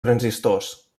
transistors